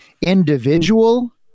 individual